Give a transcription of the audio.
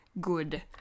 good